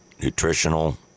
Nutritional